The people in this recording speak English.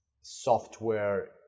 software